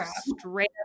straight